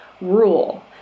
rule